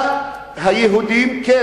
הוא לא